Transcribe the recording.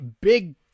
big